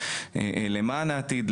למען העתיד,